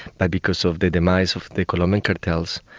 but because of the demise of the colombian cartels,